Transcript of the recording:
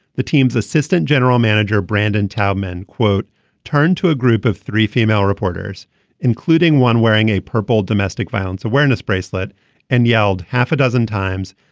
the team's assistant general manager brandon talman quote turned to a group of three female reporters including one wearing a purple domestic violence awareness bracelet and yelled half a dozen times.